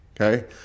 Okay